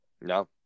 No